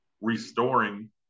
restoring